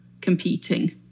competing